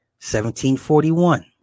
1741